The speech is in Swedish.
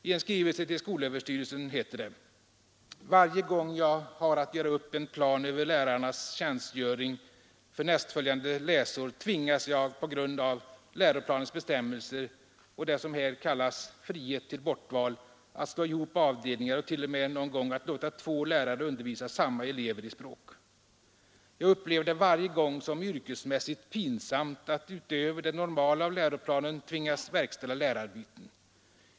I en skrivelse till skolöverstyrelsen heter det: ”Varje gång jag har att göra upp en plan för lärarnas tjänstgöring för nästföljande läsår tvingas jag på grund av läroplanens bestämmelser och det som här kallas frihet till bortval” att slå ihop avdelningar och t.o.m. någon gång att låta två lärare undervisa samma elever i språk. Jag upplever det varje gång som yrkesmässigt pinsamt att utöver det normala av läroplanen tvingas verkställa lärarbyten.